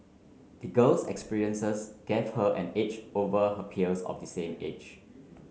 the girl's experiences gave her an edge over her peers of the same age